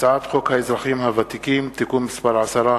הצעת חוק האזרחים הוותיקים (תיקון מס' 10),